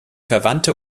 verwandte